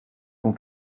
sont